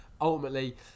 ultimately